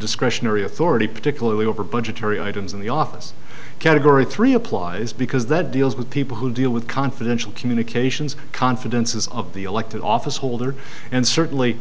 discretionary authority particularly over budgetary items in the office category three applies because that deals with people who deal with confidential communications confidences of the elected office holders and certainly